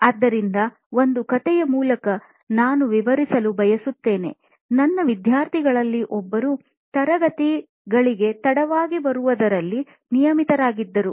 ಆದ್ದರಿಂದ ಒಂದು ಕಥೆಯ ಮೂಲಕ ನಾನು ವಿವರಿಸಲು ಬಯಸುತ್ತೇನೆ ನನ್ನ ವಿದ್ಯಾರ್ಥಿಗಳಲ್ಲಿ ಒಬ್ಬರು ತರಗತಿಗಳಿಗೆ ತಡವಾಗಿ ಬರುವುದರಲ್ಲಿ ನಿಯಮಿತರಾಗಿದ್ದರು